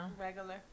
regular